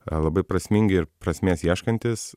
labai prasmingi ir prasmės ieškantis